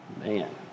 Man